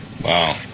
Wow